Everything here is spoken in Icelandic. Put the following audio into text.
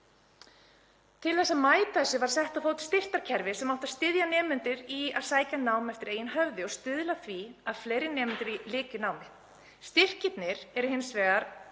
Til að mæta þessu var sett á fót styrktarkerfi sem átti að styðja nemendur í að sækja nám eftir eigin höfði og stuðla að því að fleiri nemendur lykju námi. Styrkirnir eru hins vegar